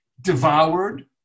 Devoured